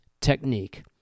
technique